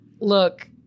look